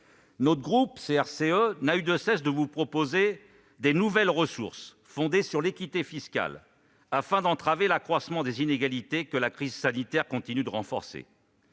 Notre groupe n'a eu de cesse de vous proposer de nouvelles ressources fondées sur l'équité fiscale, afin d'entraver l'accroissement des inégalités que la crise sanitaire continue de renforcer.